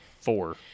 Four